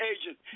agent